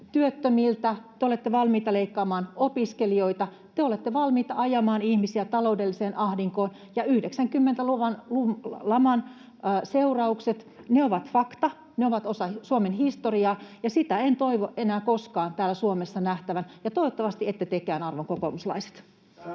työttömiltä. Te olette valmiita leikkaamaan opiskelijoilta. Te olette valmiita ajamaan ihmisiä taloudelliseen ahdinkoon. 90-luvun laman seuraukset ovat fakta, ne ovat osa Suomen historiaa, ja sitä en toivo enää koskaan täällä Suomessa nähtävän, ja toivottavasti ette tekään, arvon kokoomuslaiset.